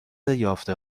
یافته